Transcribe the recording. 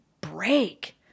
break